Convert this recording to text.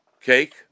cake